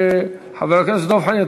חבר הכנסת דב חנין,